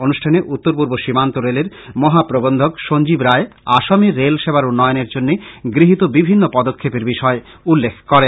অনুষ্ঠানে উত্তরপূর্ব সীমান্ত রেলের মহাপ্রবন্ধক সঞ্জীব রায় আসামে রেল সেবার উন্নয়নের জন্য গৃহীত বিভিন্ন পদক্ষেপের বিষয়ে উল্লেখ করেন